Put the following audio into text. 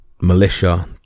militia